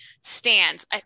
stands